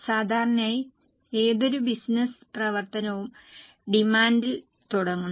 സാധാരണയായി ഏതൊരു ബിസിനസ്സ് പ്രവർത്തനവും ഡിമാൻഡിൽ തുടങ്ങുന്നു